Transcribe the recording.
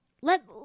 let